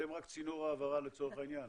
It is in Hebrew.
אתם רק צינור העברה לצורך העניין?